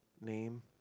name